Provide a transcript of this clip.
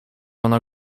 ona